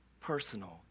personal